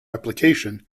application